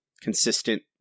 consistent